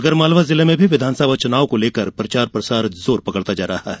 आगरमालवा जिले में भी विधानसभा चुनाव को लेकर प्रचार प्रसार जोर पकड़ता जा रहा है